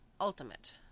Ultimate